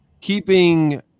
keeping